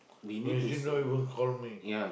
when Jim know he will call me